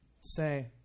say